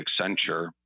Accenture